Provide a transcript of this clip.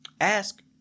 ask